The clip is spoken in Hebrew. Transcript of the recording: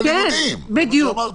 --- לא יקבל אישור חריג.